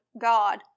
God